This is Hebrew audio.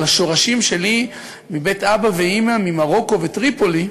השורשים שלי מבית אבא ואימא ממרוקו וטריפולי,